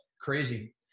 Crazy